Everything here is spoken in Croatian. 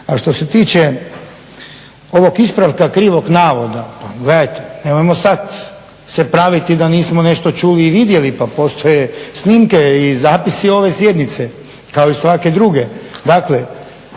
A što se tiče ovog ispravka krivog navoda, pa gledajte, nemojmo sad se praviti da nismo nešto čuli i vidjeli, pa postoje snimke i zapisi ove sjednice kao i svake druge.